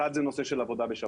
אחד מהם זה עבודה בשבת.